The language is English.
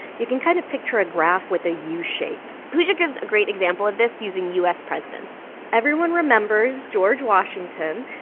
you can kind of picture a graph with a u shape pooja gives a great example of this using u s. presidents everyone remembers george washington,